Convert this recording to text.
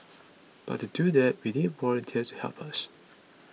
but to do that we need volunteers to help us